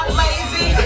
lazy